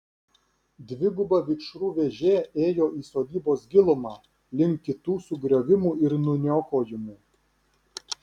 dviguba vikšrų vėžė ėjo į sodybos gilumą link kitų sugriovimų ir nuniokojimų